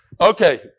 Okay